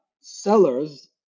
sellers